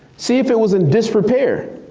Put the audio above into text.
see if it was in disrepair.